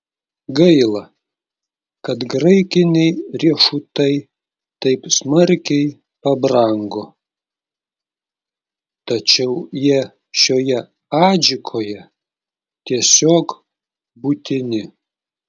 gaila kad graikiniai riešutai taip smarkiai pabrango tačiau jie šioje adžikoje tiesiog būtini